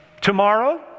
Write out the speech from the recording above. tomorrow